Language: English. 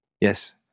Yes